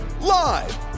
live